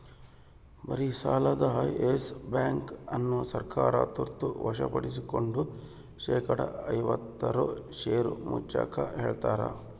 ಭಾರಿಸಾಲದ yes bank ಅನ್ನು ಸರ್ಕಾರ ತುರ್ತ ವಶಪಡಿಸ್ಕೆಂಡು ಶೇಕಡಾ ಐವತ್ತಾರು ಷೇರು ಮುಚ್ಚಾಕ ಹೇಳ್ಯಾರ